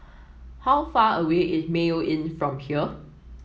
how far away is Mayo Inn from here